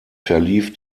verlief